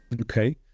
Okay